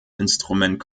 instrument